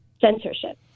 censorship